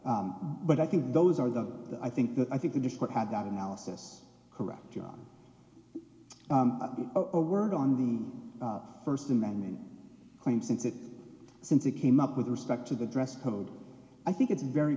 stop but i think those are the i think that i think that just what had that analysis correct john a word on the first amendment claim since it since it came up with respect to the dress code i think it's very